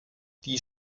die